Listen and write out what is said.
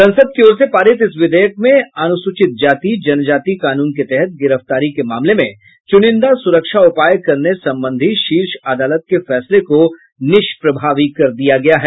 संसद की ओर से पारित इस विधेयक में अनुसूचित जाति जनजाति कानून के तहत गिरफ्तारी के मामले में चुनिंदा सुरक्षा उपाय करने संबंधी शीर्ष अदालत के फैसले को निष्प्रभावी कर दिया गया है